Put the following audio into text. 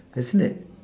isn't it